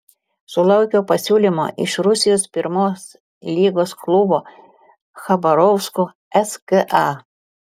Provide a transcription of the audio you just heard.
sulaukiau pasiūlymo iš rusijos pirmos lygos klubo chabarovsko ska